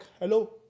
hello